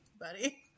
buddy